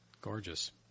Gorgeous